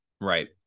Right